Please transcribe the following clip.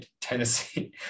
Tennessee